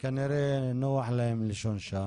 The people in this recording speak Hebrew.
כנראה שנוח להן לישון שם.